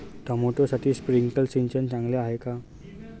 टोमॅटोसाठी स्प्रिंकलर सिंचन चांगले आहे का?